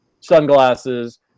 sunglasses